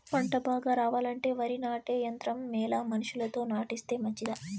పంట బాగా రావాలంటే వరి నాటే యంత్రం మేలా మనుషులతో నాటిస్తే మంచిదా?